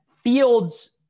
fields